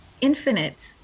infinite